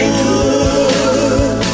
good